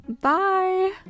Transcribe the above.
bye